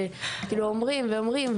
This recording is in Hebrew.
ואומרים ואומרים,